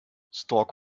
stork